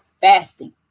fasting